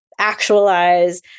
actualize